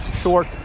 short